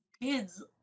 kids